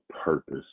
purpose